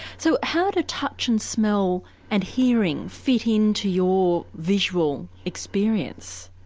so how do touch and smell and hearing fit into your visual experience?